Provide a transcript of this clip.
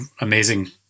amazing